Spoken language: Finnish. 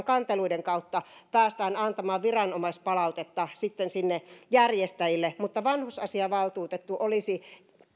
kanteluiden kautta päästään antamaan viranomaispalautetta sitten sinne järjestäjille mutta vanhusasiavaltuutettu olisi